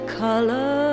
color